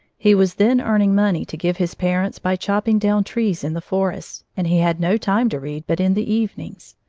he was then earning money to give his parents by chopping down trees in the forests, and he had no time to read but in the evenings.